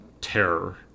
terror